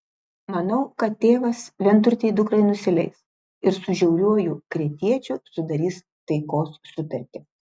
manau kad tėvas vienturtei dukrai nusileis ir su žiauriuoju kretiečiu sudarys taikos sutartį